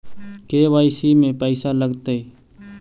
KYC में पैसा लगतै?